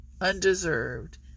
undeserved